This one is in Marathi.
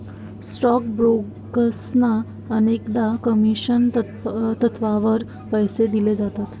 स्टॉक ब्रोकर्सना अनेकदा कमिशन तत्त्वावर पैसे दिले जातात